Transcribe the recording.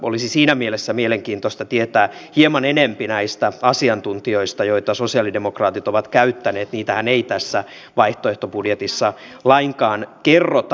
olisikin siinä mielessä mielenkiintoista tietää hieman enempi näistä asiantuntijoista joita sosialidemokraatit ovat käyttäneet niitähän ei tässä vaihtoehtobudjetissa lainkaan kerrota